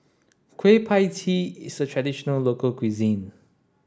Kueh Pie Tee is a traditional local cuisine